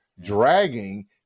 dragging